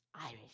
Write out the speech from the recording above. Irish